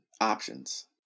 options